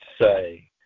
say